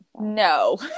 no